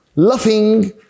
Laughing